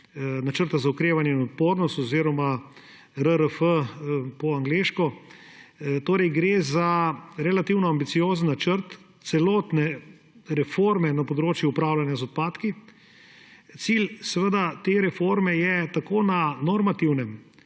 Načrta za okrevanje in odpornost oziroma po angleško RRF. Gre za relativno ambiciozen načrt celotne reforme na področju upravljanja z odpadki. Cilj te reforme je tako na normativnem